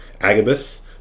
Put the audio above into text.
Agabus